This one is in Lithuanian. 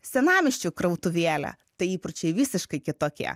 senamiesčio krautuvėle tai įpročiai visiškai kitokie